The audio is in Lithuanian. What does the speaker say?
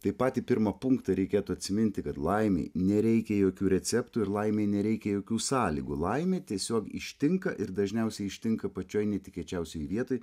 tai patį pirmą punktą reikėtų atsiminti kad laimei nereikia jokių receptų ir laimei nereikia jokių sąlygų laimė tiesiog ištinka ir dažniausiai ištinka pačioj netikėčiausioj vietoj